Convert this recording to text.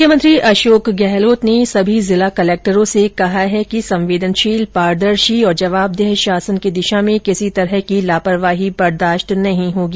मुख्यमंत्री अशोक गहलोत ने सभी जिला कलेक्टरों से कहा है कि संवेदनशील पारदर्शी और जवाबदेह शासन की दिशा में किसी तरह की लापरवाही बर्दाश्त नहीं होगी